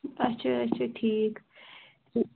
اچھا اچھا ٹھیٖک